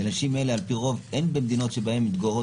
לנשים אלה על פי רוב אין במדינות שבהן הן מתגוררות